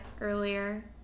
earlier